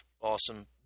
awesome